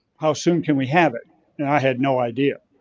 how soon can we have it, and i had no idea.